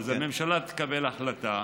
אז הממשלה תקבל החלטה,